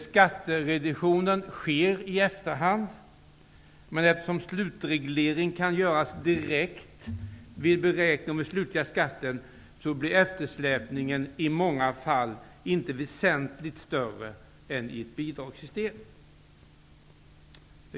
Skattereduktionen sker i efterhand, men eftersom slutreglering kan göras direkt vid beräkning av den slutliga skatten blir eftersläpningen i många fall inte väsentligt större än i ett bidragssystem.